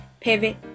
pivot